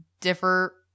differ